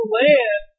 land